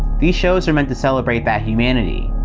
these shows are meant to celebrate that humanity.